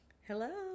Hello